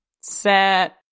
set